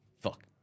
Fuck